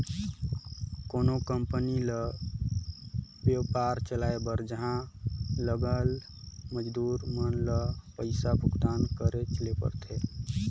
कोनो कंपनी ल बयपार चलाए बर उहां लगल मजदूर मन ल पइसा भुगतान करेच ले परथे